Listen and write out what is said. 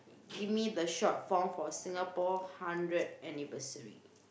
give me the short form for Singapore hundred anniversary